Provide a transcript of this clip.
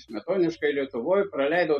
smetoniškoj lietuvoj praleidau